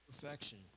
perfection